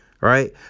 right